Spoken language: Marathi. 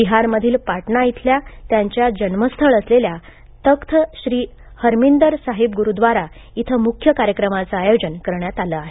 बिहारमधील पाटना इथल्या त्यांच्या जन्मस्थळ असलेल्या तख्त श्री हरमींदर साहिब ग्रुद्वारा इथं मुख्य कार्यक्रमाचं आयोजन करण्यात आलं आहे